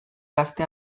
gazte